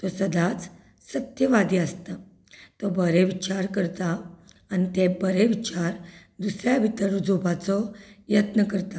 तो सदांच सत्यवादी आसता तो बरे विचार करता आनी ते बरे विचार दुसऱ्या भितर रुजोवपाचो यत्न करता